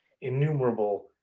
innumerable